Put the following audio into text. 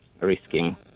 risking